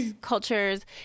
cultures